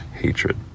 hatred